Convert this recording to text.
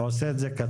הוא עושה את זה קצר,